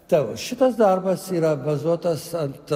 tavo šitas darbas yra bazuotas ant